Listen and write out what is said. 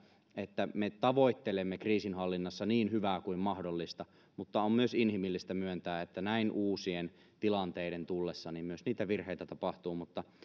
että me tavoittelemme kriisinhallinnassa niin hyvää kuin mahdollista mutta on myös inhimillistä myöntää että näin uusien tilanteiden tullessa myös niitä virheitä tapahtuu mutta